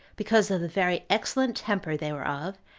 because of the very excellent temper they were of,